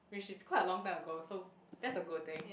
which is quite a long time ago so that's a good thing